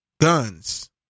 Guns